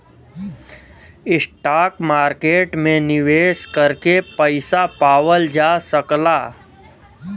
stock market में निवेश करके पइसा पावल जा सकला